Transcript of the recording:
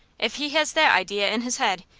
if he has that idea in his head,